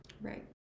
Right